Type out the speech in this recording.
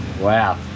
Wow